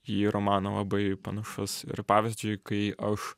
į romaną labai panašus ir pavyzdžiui kai aš